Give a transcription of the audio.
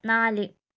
നാല്